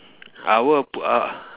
I will put uh